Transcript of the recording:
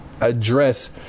Address